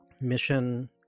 mission